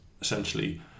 essentially